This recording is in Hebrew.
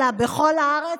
אלא בכל הארץ,